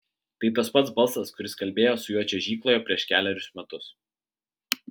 tai tas pats balsas kuris kalbėjo su juo čiuožykloje prieš kelerius metus